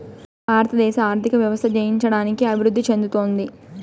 భారతదేశ ఆర్థిక వ్యవస్థ జయించడానికి అభివృద్ధి చెందుతోంది